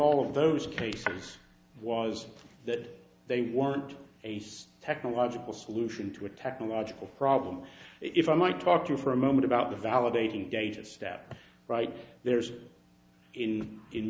all of those cases was that they want to ace technological solution to a technological problem if i might talk to for a moment about the validating gauges step right there's in i